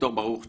ד"ר ברוך צ'יש,